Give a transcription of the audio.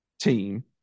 team